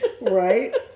right